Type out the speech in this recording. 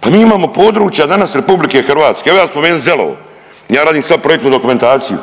Pa mi imamo područja danas RH, evo ja ću spomenut Zelovo, ja radim sad projektnu dokumentaciju.